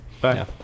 Bye